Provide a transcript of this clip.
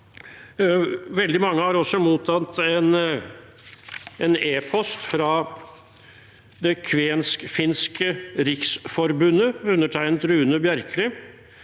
Veldig mange har også mottatt en e-post fra Kvensk Finsk Riksforbund, undertegnet av Rune Bjerkli,